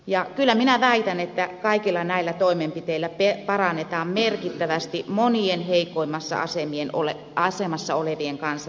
ja kyllä minä väitän että kaikilla näillä toimenpiteillä parannetaan merkittävästi monien heikoimmassa asemassa olevien kansalaisten tilannetta